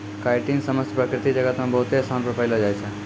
chitin समस्त प्रकृति जगत मे बहुते स्थानो पर पैलो जाय छै